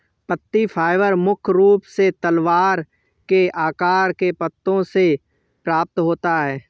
पत्ती फाइबर मुख्य रूप से तलवार के आकार के पत्तों से प्राप्त होता है